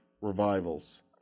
revivals